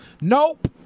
nope